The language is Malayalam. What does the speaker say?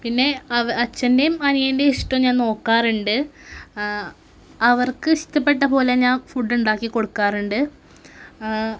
പിന്നെ അച്ഛൻ്റെയും അനിയൻ്റെയും ഇഷ്ടം ഞാൻ നോക്കാറുണ്ട് അവർക്ക് ഇഷ്ടപ്പെട്ട പോലെ ഞാൻ ഫുഡ്ഡുണ്ടാക്കി കൊടുക്കാറുണ്ട്